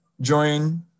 join